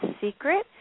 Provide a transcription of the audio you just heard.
secret